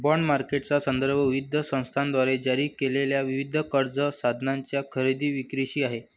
bond मार्केटचा संदर्भ विविध संस्थांद्वारे जारी केलेल्या विविध कर्ज साधनांच्या खरेदी विक्रीशी आहे